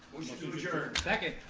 to adjourn. second.